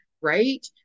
right